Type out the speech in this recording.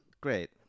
Great